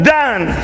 done